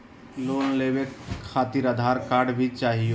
Loan लेवे खातिरआधार card भी चाहियो?